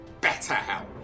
BetterHelp